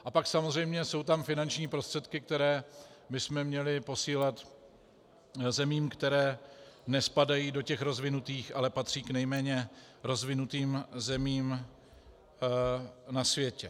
A pak samozřejmě jsou tam finanční prostředky, které bychom měli posílat zemím, které nespadají do rozvinutých, ale patří k nejméně rozvinutým zemím na světě.